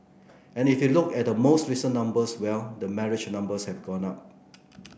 and if you look at the most recent numbers well the marriage numbers have gone up